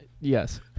Yes